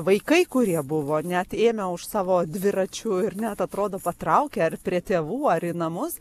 vaikai kurie buvo net ėmė už savo dviračių ir net atrodo patraukė ar prie tėvų ar į namus